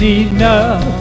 enough